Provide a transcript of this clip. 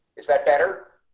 is that better.